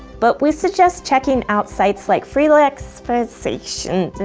but we suggest checking out sites like freelexfesation.